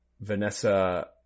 Vanessa